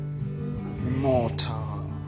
Immortal